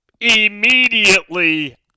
Immediately